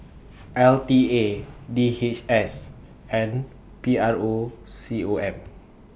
L T A D H S and P R O C O M